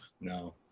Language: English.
No